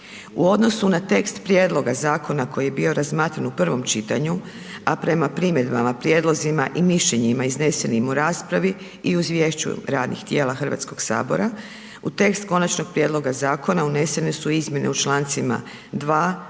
U odnosu na tekst prijedloga zakona koji je bio razmatran u prvom čitanju, a prema primjedbama, prijedlozima i mišljenjima iznesenim u raspravi i u izvješću radnih tijela Hrvatskog sabora u tekst konačnog prijedloga zakona unesene su izmjene u Člancima 2.,